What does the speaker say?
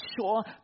sure